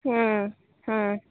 ᱦᱩᱸᱻ ᱦᱩᱸᱻ